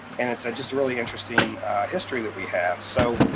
and it's just a really interesting history that we have. so,